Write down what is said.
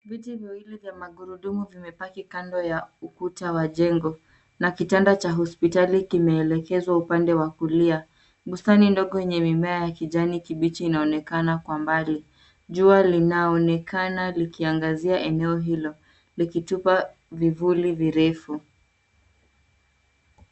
Viti viwili vya magurudumu vimepaki kando ya ukuta wa jengo na kitanda cha hospitali kimeelekezwa upande wa kulia. Bustani ndogo yenye mimea ya kijani kibichi inaonekana kwa mbali. Jua linaonekana likiangazia eneo hilo, likitupa vivuli virefu.